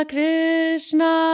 Krishna